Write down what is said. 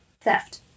theft